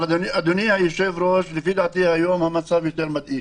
אדוני היושב-ראש, לפי דעתי היום המצב יותר מדאיג.